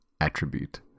attribute